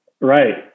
Right